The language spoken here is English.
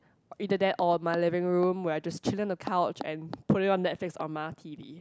either that or my living room where I just chill in the coach and putting on Netflix on my T_V